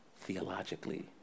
theologically